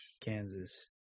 Kansas